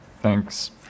Thanks